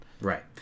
Right